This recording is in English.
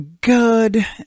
good